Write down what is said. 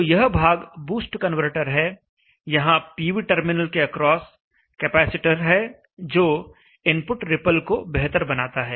तो यह भाग बूस्ट कन्वर्टर है यहां पीवी टर्मिनल के अक्रॉस कैपेसिटर है जो इनपुट रिपल को बेहतर बनाता है